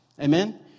Amen